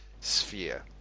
sphere